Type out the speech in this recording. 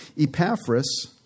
Epaphras